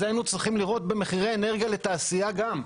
את זה היינו צריכים לראות במחירי אנרגיה לתעשייה גם.